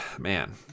man